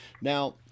Now